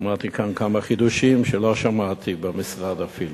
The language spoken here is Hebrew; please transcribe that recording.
שמעתי כאן כמה חידושים שלא שמעתי במשרד אפילו,